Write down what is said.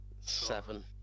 Seven